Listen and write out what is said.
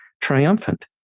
triumphant